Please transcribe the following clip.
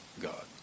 God